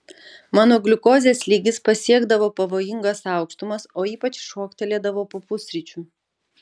mano gliukozės lygis pasiekdavo pavojingas aukštumas o ypač šoktelėdavo po pusryčių